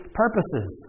purposes